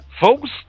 folks